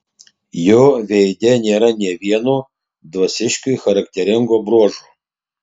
jo veide nėra nė vieno dvasiškiui charakteringo bruožo